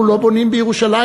אנחנו לא בונים בירושלים,